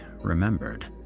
remembered